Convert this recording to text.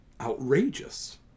outrageous